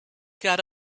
got